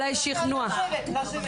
לדיבור.